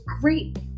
great